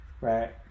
right